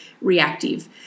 reactive